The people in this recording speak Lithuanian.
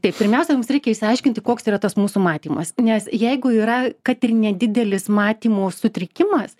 tai pirmiausia mums reikia išsiaiškinti koks yra tas mūsų matymas nes jeigu yra kad ir nedidelis matymo sutrikimas